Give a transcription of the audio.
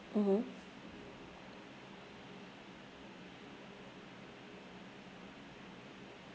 mmhmm